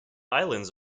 islands